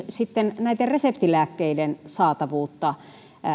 sitten reseptilääkkeiden saatavuutta